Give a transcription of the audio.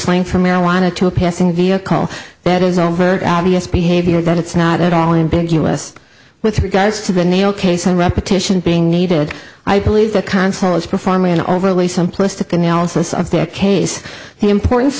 slang for marijuana to a passing vehicle that is overt obvious behavior that it's not at all ambiguous with regards to the nail case and repetition being needed i believe the console is performing an overly simplistic analysis of their case the importance